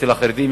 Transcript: ואצל החרדים,